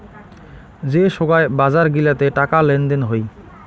যে সোগায় বাজার গিলাতে টাকা লেনদেন হই